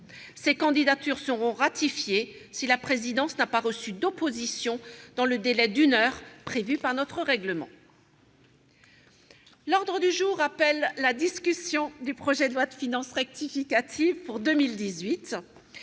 Ces candidatures seront ratifiées si la présidence n'a pas reçu d'opposition dans le délai d'une heure prévu par notre règlement. L'ordre du jour appelle la discussion du projet de loi de finances rectificative pour 2018